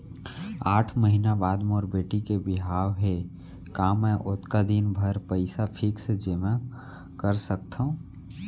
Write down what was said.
आठ महीना बाद मोर बेटी के बिहाव हे का मैं ओतका दिन भर पइसा फिक्स जेमा कर सकथव?